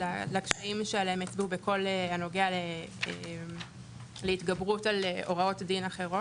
לקשיים שעליהם הצביעו בכל הנוגע להתגברות על הוראות דין אחרות.